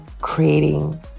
creating